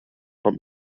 vom